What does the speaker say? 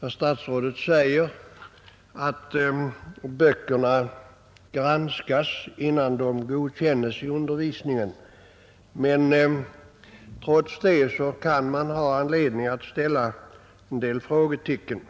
herr statsrådet säger att läroböckerna granskas innan de godkännes för undervisningen, men trots det kan man ha anledning att sätta en del frågetecken.